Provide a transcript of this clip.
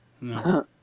No